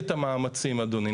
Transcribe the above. נציג את המאמצים, אדוני.